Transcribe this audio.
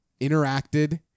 interacted